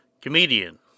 comedian